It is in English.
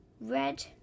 red